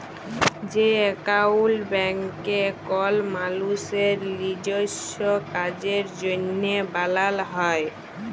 যে একাউল্ট ব্যাংকে কল মালুসের লিজস্য কাজের জ্যনহে বালাল হ্যয়